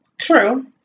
True